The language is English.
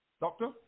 Doctor